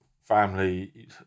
family